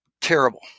Terrible